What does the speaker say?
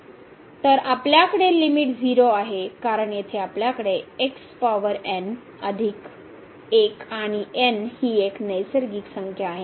तर आपल्याकडे लिमिट 0 आहे कारण येथे आपल्याकडे x पॉवर n अधिक 1 आणि n ही एक नैसर्गिक संख्या आहे